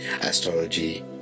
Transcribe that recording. astrology